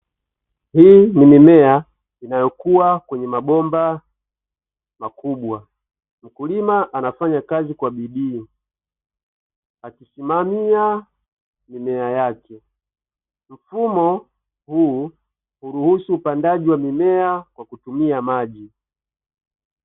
Hii ni mimea inayokua kwenye mabomba makubwa. Mkulima anafanya kazi kwa bidii akisimamia mimea yake. Mfumo huu huruhusu upandaji wa mimea kwa kutumia maji.